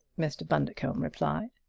mr. bundercombe replied.